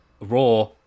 Raw